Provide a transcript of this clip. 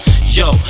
Yo